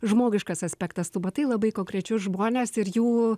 žmogiškas aspektas tu matai labai konkrečius žmones ir jų